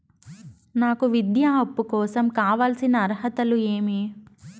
నాకు విద్యా అప్పు కోసం కావాల్సిన అర్హతలు ఏమి?